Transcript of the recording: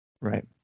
Right